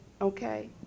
Okay